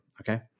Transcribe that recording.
Okay